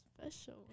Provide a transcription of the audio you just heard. special